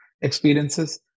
experiences